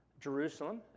Jerusalem